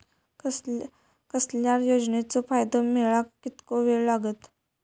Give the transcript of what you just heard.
कसल्याय योजनेचो फायदो मेळाक कितको वेळ लागत?